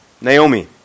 Naomi